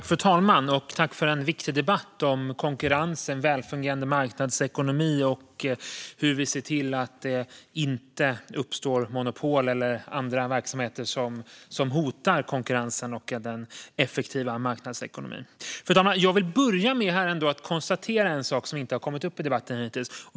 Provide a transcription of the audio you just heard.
Fru talman! Jag tackar för en viktig debatt om konkurrens, en välfungerande marknadsekonomi och hur vi ser till att det inte uppstår monopol eller andra verksamheter som hotar konkurrensen och den effektiva marknadsekonomin. Fru talman! Jag vill börja med att konstatera en sak som hittills inte har kommit upp i debatten.